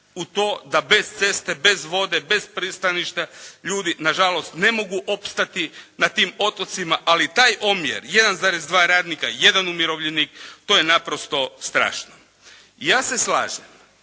u to da bez ceste, bez vode, bez pristaništa ljudi nažalost ne mogu opstati na tim otocima. Ali taj omjer 1,2 radnika 1 umirovljenik to je naprosto strašno. Ja se slažem